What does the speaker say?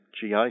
GI